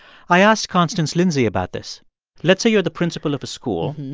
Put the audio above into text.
i asked constance lindsay about this let's say you're the principal of a school,